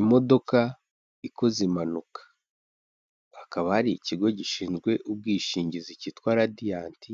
Imodoka ikoze impanuka, hakaba hari ikigo gishinzwe ubwishingizi cyitwa Radianti,